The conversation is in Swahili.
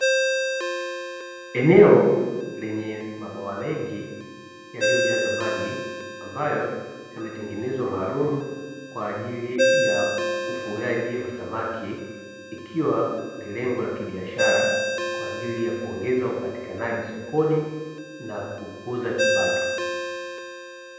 Eneo lenye mabwawa mengi yaliyojazwa maji ambayo yametengenezwa maalumu kwa ajili ya ufugaji wa samaki, ikiwa ni lengo la kibiashara kwa ajili ya kuongeza upatikanaji sokoni, na kukuza kipato.